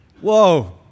Whoa